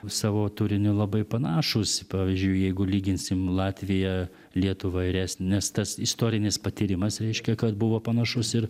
savo turiniu labai panašūs pavyzdžiui jeigu lyginsim latviją lietuvą ir est nes tas istorinis patyrimas reiškia kad buvo panašus ir